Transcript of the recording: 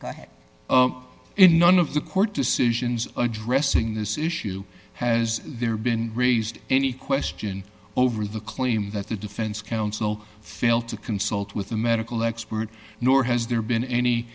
in none of the court decisions addressing this issue has there been raised any question over the claims that the defense counsel failed to consult with the medical experts nor has there been any